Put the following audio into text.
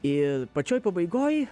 ir pačioj pabaigoj